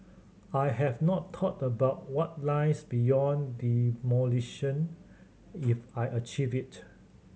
I have not thought about what lies beyond demolition if I achieve it